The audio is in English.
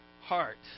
heart